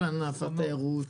כל ענף התיירות,